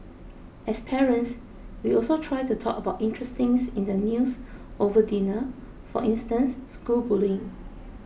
as parents we also try to talk about interesting things in the news over dinner for instance school bullying